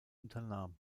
unternahm